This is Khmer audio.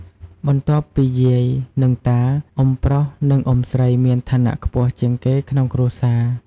បន្ទាប់ពីយាយ និងតា អ៊ុំប្រុស និងអ៊ុំស្រីមានឋានៈខ្ពស់ជាងគេក្នុងគ្រួសារ។